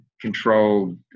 controlled